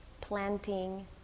planting